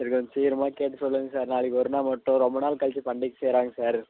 சரி கொஞ்சம் சீக்கிரமாக கேட்டு சொல்லுங்கள் சார் நாளைக்கு ஒரு நாள் மட்டும் ரொம்ப நாள் கழித்து பண்டிகை செய்கிறாங்க சார்